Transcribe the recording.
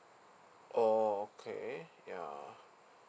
orh okay ya